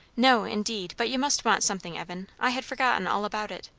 no indeed! but you must want something, evan! i had forgotten all about it.